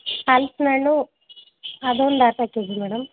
ಹಲ್ಸಿನಣ್ಣು ಅದೊಂದು ಅರ್ಧ K G madam